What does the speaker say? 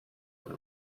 were